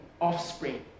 offspring